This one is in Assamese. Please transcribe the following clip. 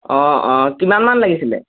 অঁ অঁ কিমানমান লাগিছিলে